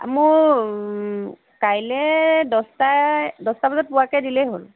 মোৰ কাইলৈ দহটা দহটা বজাত পোৱাকে দিলেই হ'ল